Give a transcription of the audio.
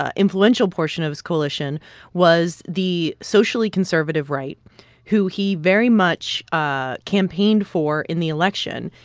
ah influential portion of his coalition was the socially conservative right who he very much ah campaigned for in the election,